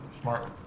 smart